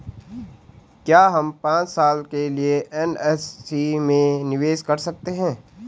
क्या हम पांच साल के लिए एन.एस.सी में निवेश कर सकते हैं?